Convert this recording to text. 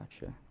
Gotcha